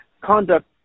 conduct